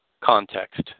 context